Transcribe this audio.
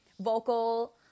vocal